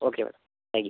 okay madam thank you